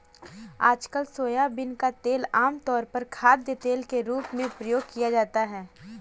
आजकल सोयाबीन का तेल आमतौर पर खाद्यतेल के रूप में प्रयोग किया जाता है